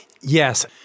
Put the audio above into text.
Yes